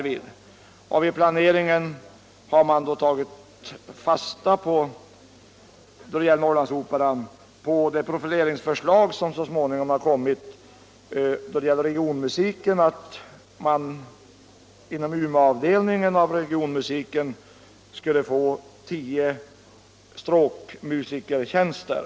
Vid planeringen av Norrlandsoperan har man tagit fasta på det profileringsförslag som förts fram då det gäller regionmusiken, vilket innebär att man inom Umeåavdelningen av regionmusiken skulle få tio stråk musikertjänster.